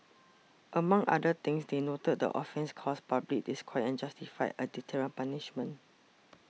among other things they noted the offence caused public disquiet and justified a deterrent punishment